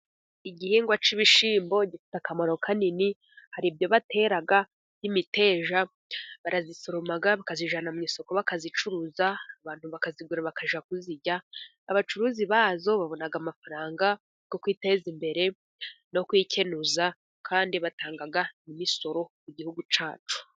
Igihingwa cy'ibishyimbo gifite akamaro kanini. Hari ibyo batera by'imiteja, barayisoroma bakayijyana mu isoko bakayicuruza, abantu bakazigura bakajya kuzirya. Abacuruzi bazo babona amafaranga yo kwiteza imbere no kwikenuza, kandi batanga imisoro ku gihugu cyacu.